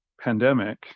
pandemic